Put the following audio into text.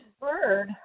bird